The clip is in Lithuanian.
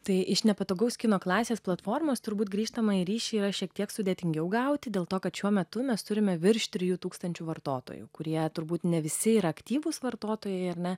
tai iš nepatogaus kino klasės platformos turbūt grįžtamąjį ryšį yra šiek tiek sudėtingiau gauti dėl to kad šiuo metu mes turime virš trijų tūkstančių vartotojų kurie turbūt ne visi yra aktyvūs vartotojai ar ne